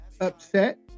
upset